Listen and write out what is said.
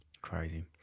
Crazy